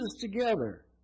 together